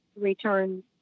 return